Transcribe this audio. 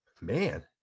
man